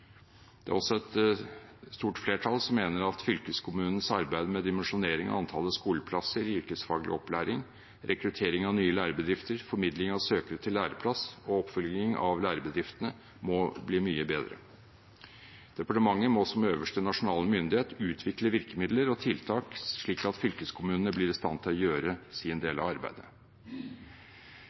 Det er også et stort flertall som mener at fylkeskommunens arbeid med dimensjonering av antallet skoleplasser i yrkesfaglig opplæring, rekruttering av nye lærebedrifter, formidling av søkere til læreplass og oppfølging av lærebedriftene må bli mye bedre. Departementet må som øverste nasjonale myndighet utvikle virkemidler og tiltak slik at fylkeskommunene blir i stand til å gjøre sin del av arbeidet.